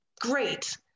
Great